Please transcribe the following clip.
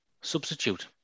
substitute